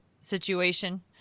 situation